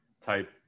type